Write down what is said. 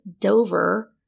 Dover